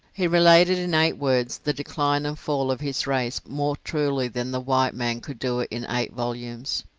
he related in eight words the decline and fall of his race more truly than the white man could do it in eight volumes.